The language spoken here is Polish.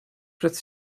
przed